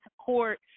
court